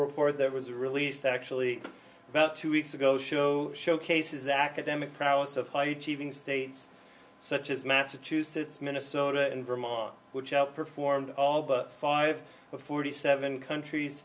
or that was released actually about two weeks ago show showcases the academic prowess of states such as massachusetts minnesota and vermont which outperformed all but five of forty seven countries